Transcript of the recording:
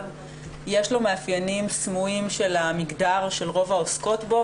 יש לו מאפיינים סמויים של המגדר של רוב העוסקות בו,